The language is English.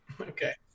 Okay